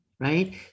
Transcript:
right